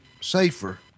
safer